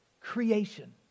creation